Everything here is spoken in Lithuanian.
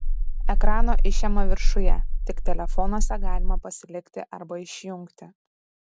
ekrano išėma viršuje tik telefonuose galima pasilikti arba išjungti